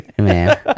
Man